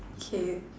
okay